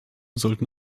sollten